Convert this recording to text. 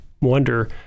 wonder